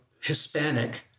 Hispanic